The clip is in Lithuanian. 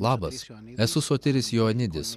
labas esu sotiris joanidis